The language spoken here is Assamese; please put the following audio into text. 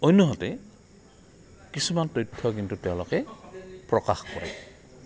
অন্যহাতে কিছুমান তথ্য কিন্তু তেওঁলোকে প্ৰকাশ কৰে